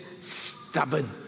stubborn